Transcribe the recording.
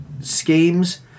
schemes